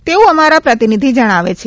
તેવું અમારા પ્રતિનિધિ જણાવે છે